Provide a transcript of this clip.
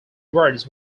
words